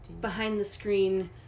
behind-the-screen